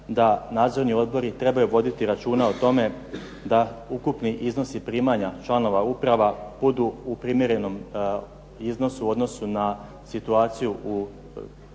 da nadzorni odbori trebaju voditi računa o tome, da ukupni iznosi primanja članova uprava budu u primjerenom iznosu u odnosu na situaciju u